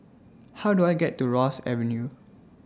How Do I get to Ross Avenue